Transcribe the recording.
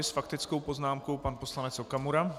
S faktickou poznámkou pan poslanec Okamura.